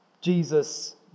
Jesus